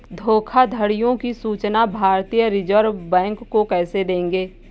धोखाधड़ियों की सूचना भारतीय रिजर्व बैंक को कैसे देंगे?